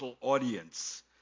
audience